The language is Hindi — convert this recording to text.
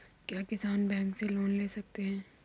क्या किसान बैंक से लोन ले सकते हैं?